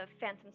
Phantom